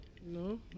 No